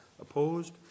Opposed